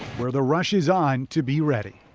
where the rush is on to be ready.